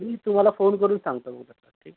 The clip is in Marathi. मी तुम्हाला फोन करून सांगतो म ठीक